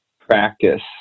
practice